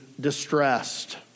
distressed